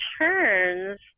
turns